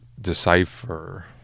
decipher